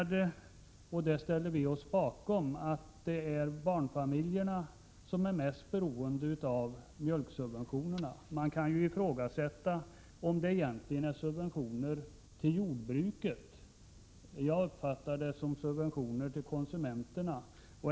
1987/88:99 ställer vi oss bakom — att det är barnfamiljerna som är mest beroende av 13 april 1988 mjölksubventionerna. Man kan ju ifrågasätta om det egentligen är subventioner till jordbruket. Jag uppfattar det som subventioner till konsumenterna.